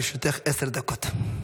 לרשותך עשר דקות.